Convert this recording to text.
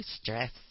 stress